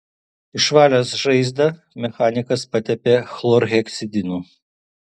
išvalęs žaizdą mechanikas patepė chlorheksidinu